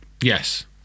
Yes